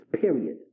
period